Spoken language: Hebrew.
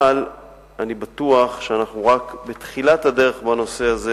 אבל אני בטוח שאנחנו רק בתחילת הדרך בנושא הזה,